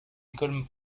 école